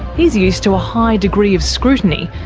he's used to a high degree of scrutiny,